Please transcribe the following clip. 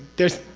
there's